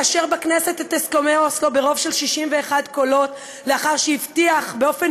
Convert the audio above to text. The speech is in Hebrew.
הצליח לאשר בכנסת את הסכמי אוסלו ברוב של 61 קולות לאחר שהבטיח באופן